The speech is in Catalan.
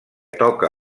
toca